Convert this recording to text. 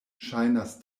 ŝajnas